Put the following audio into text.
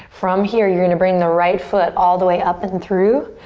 from here you're gonna bring the right foot all the way up and through.